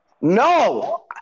No